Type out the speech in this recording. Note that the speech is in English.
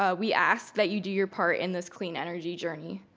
ah we ask that you do your part in this clean energy journey.